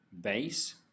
base